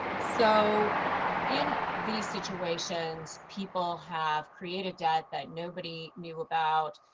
so in these situations, people have created debt that nobody knew about.